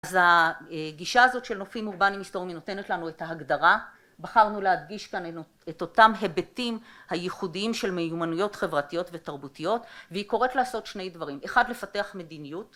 אז הגישה הזאת של נופים אורבניים היסטוריים היא נותנת לנו את ההגדרה. בחרנו להדגיש כאן את אותם היבטים הייחודיים של מיומנויות חברתיות ותרבותיות, והיא קוראת לעשות שני דברים. אחד, לפתח מדיניות